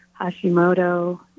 Hashimoto